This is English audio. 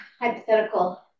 hypothetical